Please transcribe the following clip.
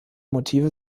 motive